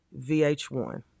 VH1